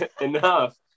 enough